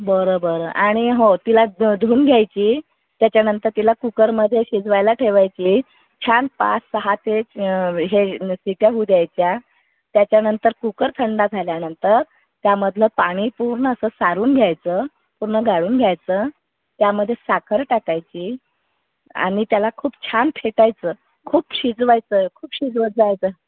बरं बरं आणि हो तिला धुऊन घ्यायची त्याच्यानंतर तिला कुकरमध्ये शिजवायला ठेवायची छान पाच सहा ते हे शिट्ट्या होऊ द्यायच्या त्याच्यानंतर कुकर थंड झाल्यानंतर त्यामधलं पाणी पूर्ण असं सारून घ्यायचं पूर्ण गाळून घ्यायचं त्यामध्ये साखर टाकायची आणि त्याला खूप छान फेटायचं खूप शिजवायचं खूप शिजवत जायचं